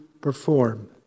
perform